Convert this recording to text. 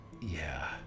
Yeah